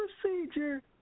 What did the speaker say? procedure